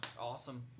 awesome